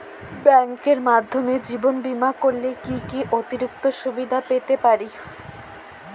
ব্যাংকের মাধ্যমে জীবন বীমা করলে কি কি অতিরিক্ত সুবিধে পেতে পারি?